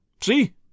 See